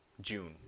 June